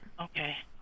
Okay